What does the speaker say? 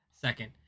Second